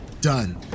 done